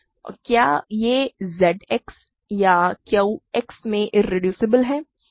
क्या यह Z X या Q X में इरेड्यूसिबल है